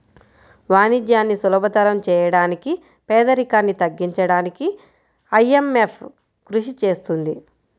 వాణిజ్యాన్ని సులభతరం చేయడానికి పేదరికాన్ని తగ్గించడానికీ ఐఎంఎఫ్ కృషి చేస్తుంది